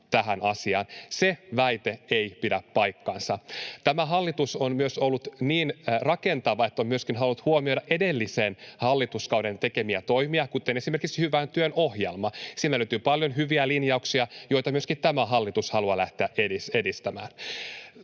tähän asiaan. Se väite ei pidä paikkaansa. Tämä hallitus on ollut niin rakentava, että on myös halunnut huomioida edellisen hallituksen tekemiä toimia, kuten esimerkiksi hyvän työn ohjelmaa. Siitä löytyy paljon hyviä linjauksia, joita myös tämä hallitus haluaa lähteä edistämään.